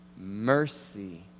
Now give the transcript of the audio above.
mercy